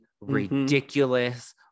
ridiculous